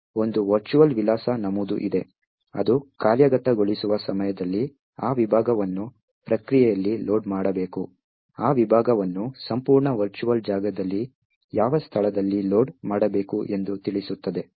ಒಂದು ವರ್ಚುವಲ್ ವಿಳಾಸ ನಮೂದು ಇದೆ ಅದು ಕಾರ್ಯಗತಗೊಳಿಸುವ ಸಮಯದಲ್ಲಿ ಆ ವಿಭಾಗವನ್ನು ಪ್ರಕ್ರಿಯೆಯಲ್ಲಿ ಲೋಡ್ ಮಾಡಬೇಕು ಆ ವಿಭಾಗವನ್ನು ಸಂಪೂರ್ಣ ವರ್ಚುವಲ್ ಜಾಗದಲ್ಲಿ ಯಾವ ಸ್ಥಳದಲ್ಲಿ ಲೋಡ್ ಮಾಡಬೇಕು ಎಂದು ತಿಳಿಸುತ್ತದೆ